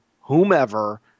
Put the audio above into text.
whomever